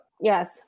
Yes